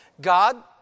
God